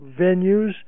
venues